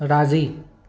राज़ी